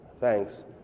thanks